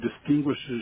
distinguishes